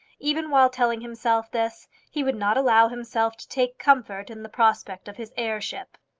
even while telling himself this, he would not allow himself to take comfort in the prospect of his heirship.